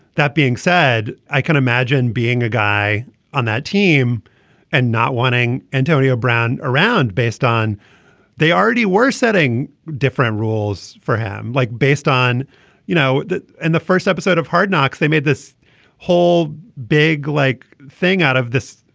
that being said i can imagine being a guy on that team and not wanting antonio brown around based on they already were setting different rules for him like based on you know that in the first episode of hard knocks they made this whole big like thing out of this.